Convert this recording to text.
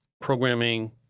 programming